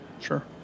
Sure